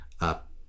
up